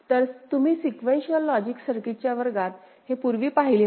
तर तुम्ही sequential logic सर्किटच्या वर्गात हे पूर्वी पाहिले होते